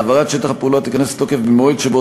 העברת שטח הפעולה תיכנס לתוקף במועד שבו